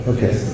Okay